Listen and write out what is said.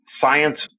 science